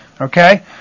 Okay